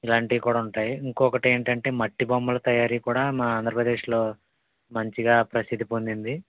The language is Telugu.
ఇలాంటివి కూడా ఉంటాయి ఇంకొకటి ఏంటంటే మట్టి బొమ్మల తయారీ కూడా మా ఆంధ్రప్రదేశ్లో మంచిగా ప్రసిద్దిపొందింది